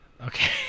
Okay